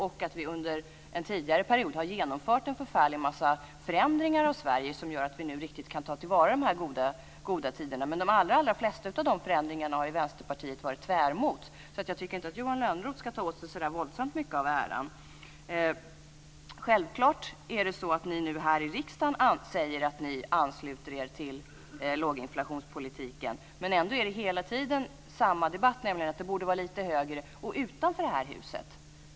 Vi har också under en tidigare period genomfört en förfärlig massa förändringar av Sverige som gör att vi nu kan ta till vara dessa goda tider. Men Vänsterpartiet har ju varit tvärt emot de allra flesta av dessa förändringar, så jag tycker inte att Johan Lönnroth ska ta åt sig så där våldsamt mycket av äran. Här i riksdagen säger ni naturligtvis att ni ansluter er till låginflationspolitiken. Men ändå hör man hela tiden att inflationen borde vara lite högre.